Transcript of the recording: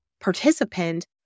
participant